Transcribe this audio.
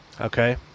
Okay